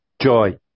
joy